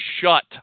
shut